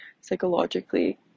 psychologically